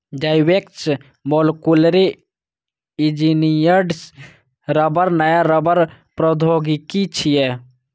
Zyvex molecularly engineered रबड़ नया रबड़ प्रौद्योगिकी छियै